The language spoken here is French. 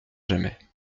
jamais